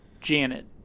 Janet